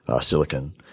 silicon